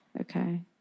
Okay